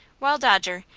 while dodger,